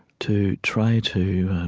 to try to,